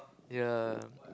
ya